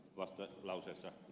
vasta yleisessä